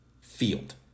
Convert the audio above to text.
field